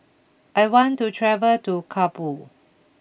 I want to travel to Kabul